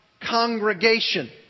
congregation